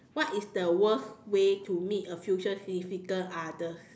what is the worst way to meet a future significant other